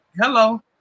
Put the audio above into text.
Hello